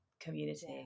community